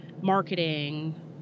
marketing